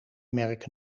merk